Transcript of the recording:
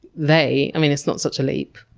they, i mean, it's not such a leap.